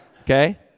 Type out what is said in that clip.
okay